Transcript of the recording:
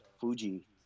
Fuji